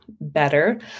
better